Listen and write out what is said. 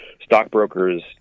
stockbrokers